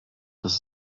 das